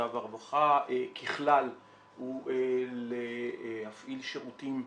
והרווחה ככלל הוא להפעיל שירותים בקהילה,